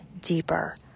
deeper